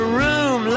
room